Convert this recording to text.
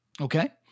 okay